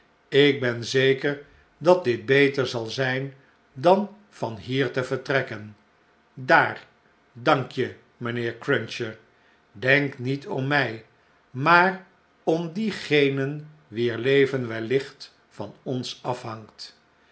ik ben zeker dat dit beter zal zijn dan van hier te vertrekken daar dank je mynheer cruncher denk niet om my maar om diegenen wier leven wellicht van ons afhangt